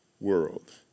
world